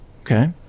Okay